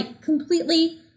completely